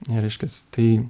reiškias tai